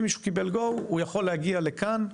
אם מישהו קיבל "go" הוא יכול להגיע לכאן,